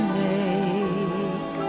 make